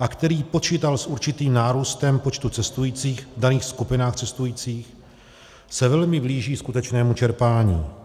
a který počítal s určitým nárůstem počtu cestujících v daných skupinách cestujících, se velmi blíží skutečnému čerpání.